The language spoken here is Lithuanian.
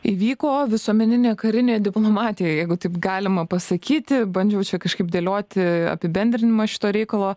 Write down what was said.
įvyko visuomeninė karinė diplomatija jeigu taip galima pasakyti bandžiau čia kažkaip dėlioti apibendrinimą šito reikalo